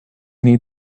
need